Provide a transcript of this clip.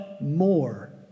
more